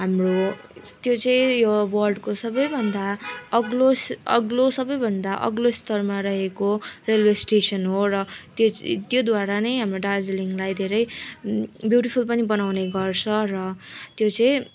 हाम्रो त्यो चाहिँ हो वर्ल्डको सबैभन्दा अग्लो अग्लो सबैभन्दा अग्लो स्तरमा रहेको रेलवे स्टेसन हो र त्यो च त्योद्वारा नै हाम्रो दार्जिलिङलाई धेरै ब्युटिफुल पनि बनाउने गर्छ र त्यो चाहिँ